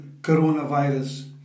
coronavirus